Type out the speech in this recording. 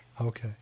Okay